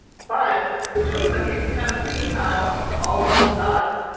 but between them. you can kind of see how all these little dots.